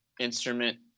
instrument